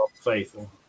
faithful